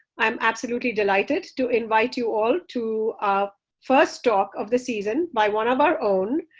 i'm absolutely delighted to invite you all to first talk of the season by one of our own,